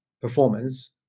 performance